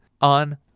on